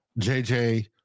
JJ